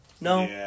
No